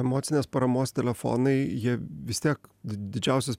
emocinės paramos telefonai jie vis tiek didžiausias